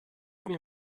mir